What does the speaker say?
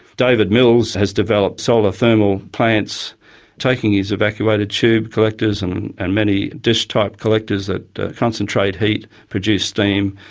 david mills has developed solar thermal plants taking his evacuated tube collectors and and many dish-type collectors that concentrate heat, produce steam,